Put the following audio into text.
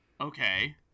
Okay